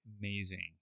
amazing